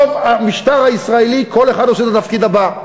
ברוב המשטר הישראלי כל אחד עושה את התפקיד הבא,